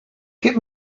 get